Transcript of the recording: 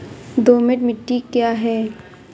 दोमट मिट्टी क्या है?